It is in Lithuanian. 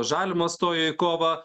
žalimas stojo į kovą